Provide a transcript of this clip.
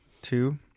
two